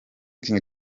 king